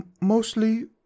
Mostly